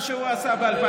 את מה שהוא עשה ב-2007.